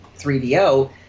3DO